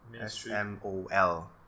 S-M-O-L